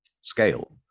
scale